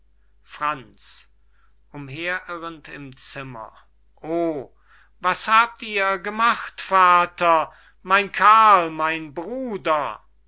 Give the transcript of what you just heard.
zimmer oh was habt ihr gemacht vater mein karl mein bruder